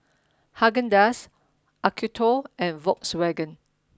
Haagen Dazs Acuto and Volkswagen